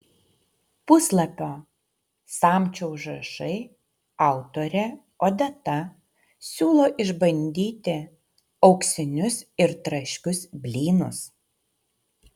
puslapio samčio užrašai autorė odeta siūlo išbandyti auksinius ir traškius blynus